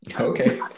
Okay